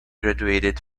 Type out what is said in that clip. graduated